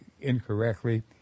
incorrectly